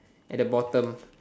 at the bottom